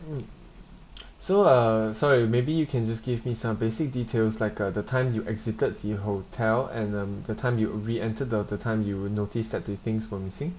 mm so uh sorry maybe you can just give me some basic details like uh the time you exited the hotel and um the time you re-entered the the time you noticed that the things were missing